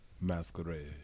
masquerade